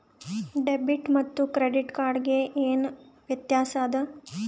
Debit ಮತ್ತ credit card ಗೆ ಏನ ವ್ಯತ್ಯಾಸ ಆದ?